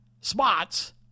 spots